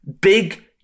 Big